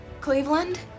Cleveland